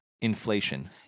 Inflation